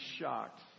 shocked